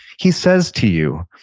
he says to you,